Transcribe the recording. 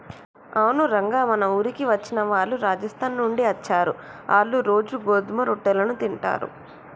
అవును రంగ మన ఊరికి వచ్చిన వాళ్ళు రాజస్థాన్ నుండి అచ్చారు, ఆళ్ళ్ళు రోజూ గోధుమ రొట్టెలను తింటారు